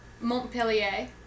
Montpellier